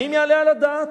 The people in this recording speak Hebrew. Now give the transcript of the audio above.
האם יעלה על הדעת?